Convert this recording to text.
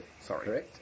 Sorry